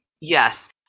Yes